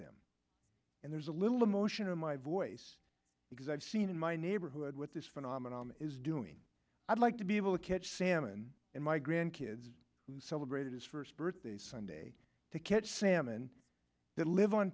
them and there's a little emotion in my voice because i've seen in my neighborhood what this phenomenon is doing i'd like to be able to catch salmon and my grandkids celebrated his first birthday sunday to catch salmon that live on